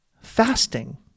fasting